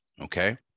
okay